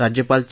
राज्यपाल चे